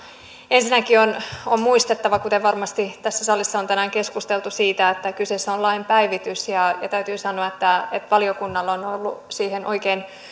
ensinnäkin on on muistettava että kuten varmasti tässä salissa on tänään keskusteltu kyseessä on lain päivitys ja ja täytyy sanoa että valiokunnalla on ollut siihen oikein